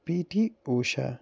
P T Usha